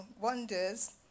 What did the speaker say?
wonders